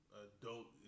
adult